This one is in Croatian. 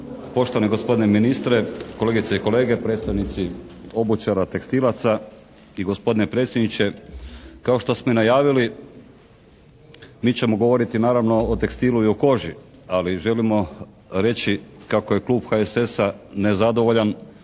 poštovani gospodine ministre, kolegice i kolege, predstavnici obućara, tekstilaca i gospodine predsjedniče. Kao što smo i najavili, mi ćemo govoriti naravno o tekstilu i o koži, ali želimo reći kako je Klub HSS-a nezadovoljan,